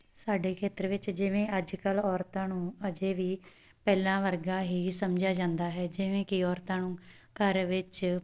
ਸਾਡੇ ਖੇਤਰ ਵਿੱਚ ਜਿਵੇਂ ਅੱਜ ਕੱਲ੍ਹ ਔਰਤਾਂ ਨੂੰ ਅਜੇ ਵੀ ਪਹਿਲਾਂ ਵਰਗਾ ਹੀ ਸਮਝਿਆ ਜਾਂਦਾ ਹੈ ਜਿਵੇਂ ਕਿ ਔਰਤਾਂ ਨੂੰ ਘਰ ਵਿੱਚ